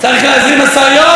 צריך להזרים משאיות?